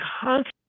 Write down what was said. constantly